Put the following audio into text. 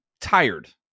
tired